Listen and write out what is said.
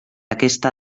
aquesta